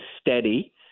steady